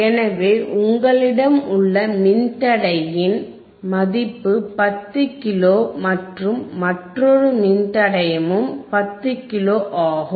எனவே உங்களிடம் உள்ள மின்தடையின் மதிப்பு 10k மற்றும் மற்றொரு மின்தடையமும் 10k ஆகும்